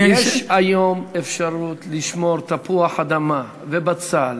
יש היום אפשרות לשמור תפוח אדמה ובצל